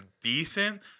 decent